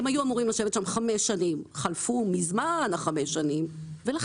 הם היו אמורים לשבת שם חמש שנים חמש השנים חלפו מזמן.